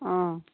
অঁ